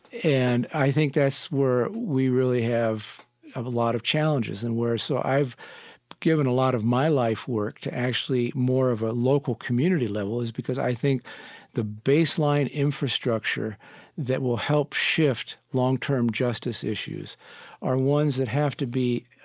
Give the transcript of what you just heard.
and i think that's where we really have a lot of challenges. so and where so i've given a lot of my life work to actually more of a local community level is because i think the baseline infrastructure that will help shift long-term justice issues are ones that have to be